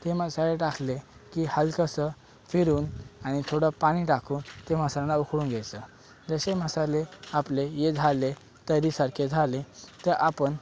ते मसाले टाकले की हलकंसं फिरून आणि थोडं पाणी टाकून ते मसाला उकळून घ्यायचा जसे मसाले आपले हे झाले तर्रीसारखे झाले तर आपण